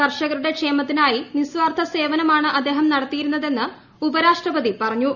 കർഷകരുടെ ക്ഷേമ ത്തിനായി നിസ്വാർത്ഥ സേവനമാണ് അദ്ദേഹം നടത്തിയിരുന്നതെന്ന് ഉപരാഷ്ട്രപതി പറഞ്ഞു